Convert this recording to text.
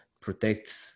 protect